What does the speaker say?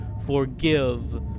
forgive